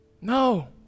No